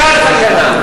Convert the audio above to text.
אתה הסכנה.